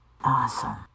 Awesome